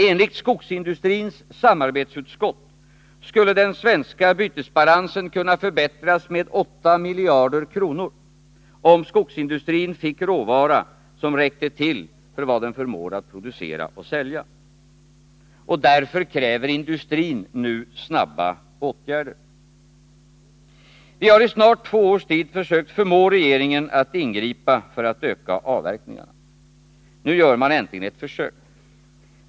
Enligt skogsindustrins samarbetsutskott skulle den svenska bytesbalansen kunna förbättras med 8 miljarder kronor, om skogsindustrin fick råvara som räckte till för vad den förmår producera och sälja. Därför kräver industrin nu snabba åtgärder. Vi har i snart två års tid försökt förmå regeringen att ingripa för att öka avverkningarna. Nu gör man äntligen ett försök.